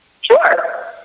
Sure